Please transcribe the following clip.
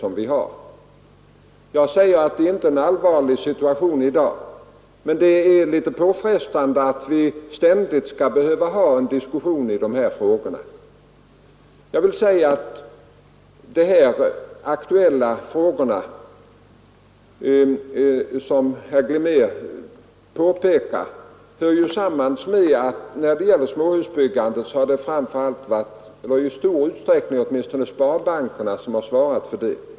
Det föreligger inte en allvarlig situation i dag, men det är litet påfrestande att vi ständigt skall behöva ha en diskussion i dessa frågor. De aktuella frågorna hör ju samman med att det framför allt är sparbankerna som har svarat för kreditiv för småhusbyggandet, vilket också herr Glimnér påpekat.